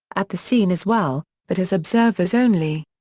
at the scene as well, but as observers only.